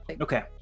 Okay